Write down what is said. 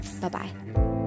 Bye-bye